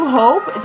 hope